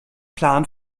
plan